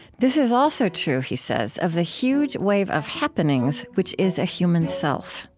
this is also true, he says, of the huge wave of happenings which is a human self